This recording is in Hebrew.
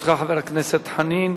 לרשותך, חבר הכנסת חנין,